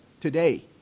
today